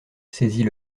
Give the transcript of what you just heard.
saisit